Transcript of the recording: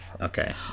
Okay